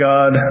God